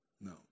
No